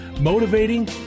motivating